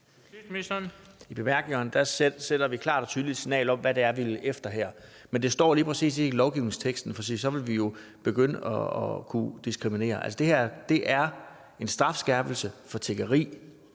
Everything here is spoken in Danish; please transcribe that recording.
I bemærkningerne sender vi et klart og tydeligt signal om, hvad det er, vi vil med det her, men det står lige præcis ikke i lovgivningsteksten, for så ville vi jo begynde at diskriminere. Altså, det her er en strafskærpelse for tiggeri